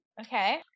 Okay